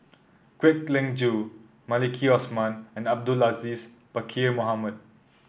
Kwek Leng Joo Maliki Osman and Abdul Aziz Pakkeer Mohamed